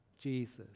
Jesus